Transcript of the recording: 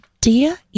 dear